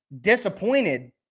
disappointed